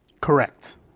Correct